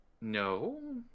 No